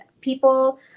people